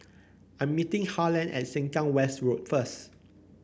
I'm meeting Harland at Sengkang West Road first